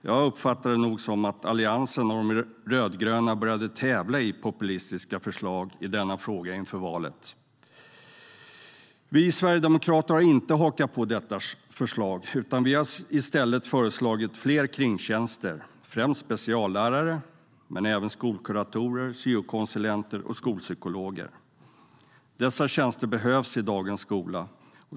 Jag uppfattar det nog som att Alliansen och de rödgröna började tävla i populistiska förslag i denna fråga inför valet. Vi sverigedemokrater har inte hakat på detta förslag. Vi har i stället föreslagit fler kringtjänster, främst speciallärare, men även skolkuratorer, syokonsulenter och skolpsykologer. Dessa tjänster behövs i dagens skola.